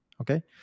okay